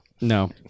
No